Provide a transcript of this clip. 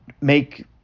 make